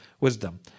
wisdom